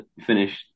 finish